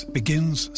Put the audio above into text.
begins